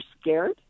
scared